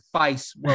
face